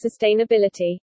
sustainability